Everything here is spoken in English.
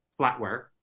flatware